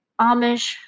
Amish